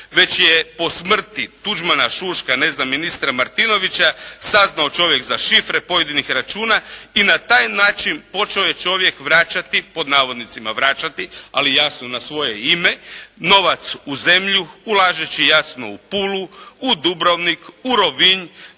Već je po smrti Tuđmana, Šuška, ne znam ministra Martinovića saznao čovjek za šifre pojedinih računa i na taj način počeo je čovjek vraćati, pod navodnicima vraćati, ali jasno na svoje ime novac u zemlju ulažući jasno u Pulu, u Dubrovnik, u Rovinj.